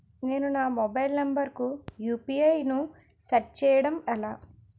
నేను నా mobile number కుయు.పి.ఐ ను సెట్ చేయడం ఎలా?